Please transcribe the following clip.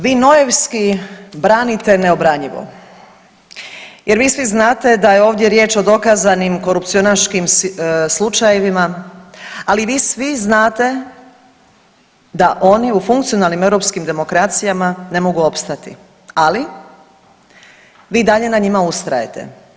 Vi nojevski branite neobranjivo jer vi svi znate da je ovdje riječ o dokazanim korupcionaškim slučajevima, ali vi svi znate da oni u funkcionalnim europskim demokracijama ne mogu opstati, ali vi i dalje na njima ustrajete.